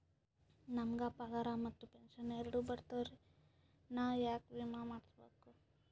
ನಮ್ ಗ ಪಗಾರ ಮತ್ತ ಪೆಂಶನ್ ಎರಡೂ ಬರ್ತಾವರಿ, ನಾ ಯಾಕ ವಿಮಾ ಮಾಡಸ್ಬೇಕ?